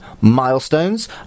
milestones